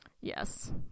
Yes